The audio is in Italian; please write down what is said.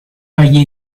agli